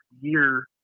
year